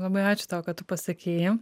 labai ačiū tau kad tu pasakei